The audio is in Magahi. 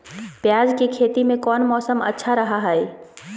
प्याज के खेती में कौन मौसम अच्छा रहा हय?